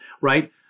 right